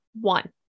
one